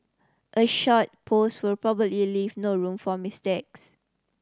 a short post will probably leave no room for mistakes